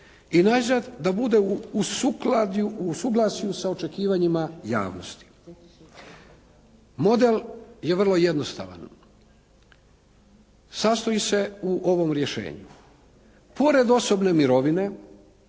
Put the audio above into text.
I najzad, da bude u suglasju s očekivanjima jamstva. Model je vrlo jednostavan. Sastoji se u ovom rješenju. Pored osobne mirovine